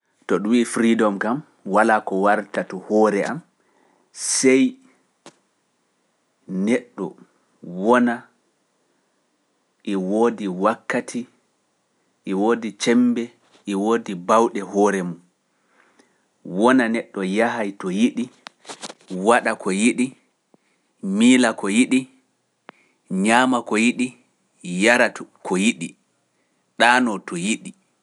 To ɗum wi’i freedom kam, walaa ko warta to hoore am, sey neɗɗo wona e woodi wakkati e woodi cembe e woodi baawɗe hoore mum, wona neɗɗo yahay to yiɗi, waɗa ko yiɗi, miila ko yiɗi, ñaama ko yiɗi, yaratu ko yiɗi, ɗaano to yiɗi.